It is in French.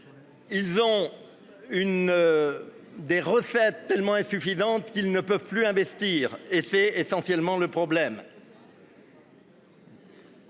Ils ont une. Des recettes tellement insuffisante qu'ils ne peuvent plus investir et c'est essentiellement le problème.